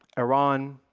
iran,